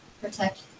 Protect